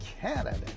Canada